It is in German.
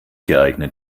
geeignet